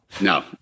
No